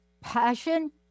Passion